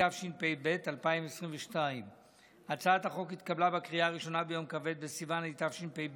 התשפ"ב 2022. הצעת החוק התקבלה בקריאה הראשונה ביום כ"ב בסיוון התשפ"ב,